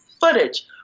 footage